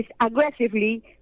Aggressively